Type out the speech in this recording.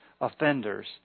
offenders